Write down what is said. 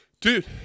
dude